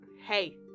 Hey